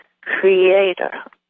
Creator